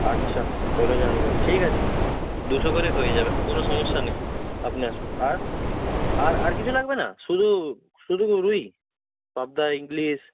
আচ্ছা পয়লা জানুয়ারি নেবেন ঠিক আছে দুশো করে হয়ে যাবে কোনও সমস্যা নেই আপনি আসুন আর আর আর কিছু লাগবে না শুধু শুধু রুই পাবদা ইলিশ